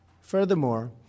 Furthermore